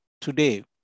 today